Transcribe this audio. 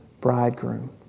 bridegroom